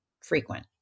frequent